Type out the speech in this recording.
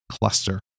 Cluster